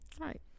right